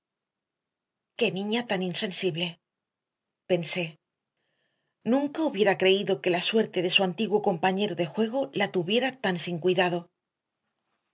qué niña tan insensible pensé nunca hubiera creído que la suerte de su antiguo compañero de juego la tuviera tan sin cuidado